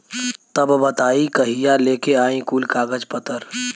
तब बताई कहिया लेके आई कुल कागज पतर?